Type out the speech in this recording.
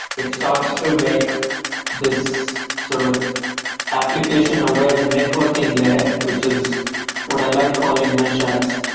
it starts to make this sort of application aware networking layer, which is what i like calling meshes.